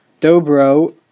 Dobro